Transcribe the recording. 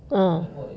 ah